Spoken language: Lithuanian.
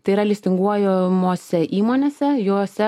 tai yra listinguojomose įmonėse jose